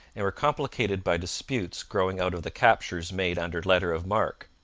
and were complicated by disputes growing out of the captures made under letter of marque.